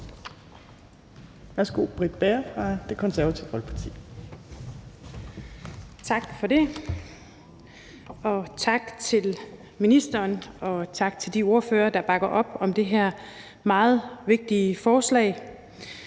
Værsgo, Britt Bager fra Det Konservative Folkeparti.